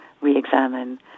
re-examine